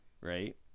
right